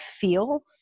feel